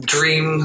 Dream